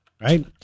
Right